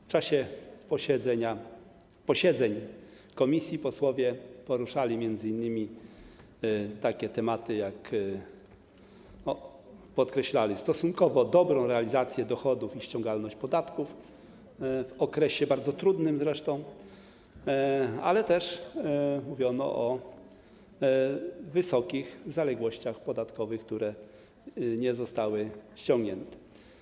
W czasie posiedzeń komisji posłowie poruszali m.in. takie tematy jak... podkreślali stosunkowo dobrą realizację dochodów i ściągalność podatków, zresztą w bardzo trudnym okresie, ale też mówili o wysokich zaległościach podatkowych, które nie zostały ściągnięte.